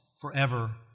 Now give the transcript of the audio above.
forever